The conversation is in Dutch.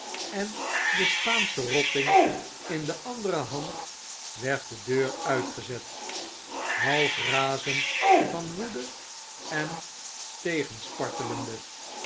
en den spaanschen rotting in de andere hand werd de deur uitgezet half razend van woede en